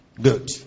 good